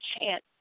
chance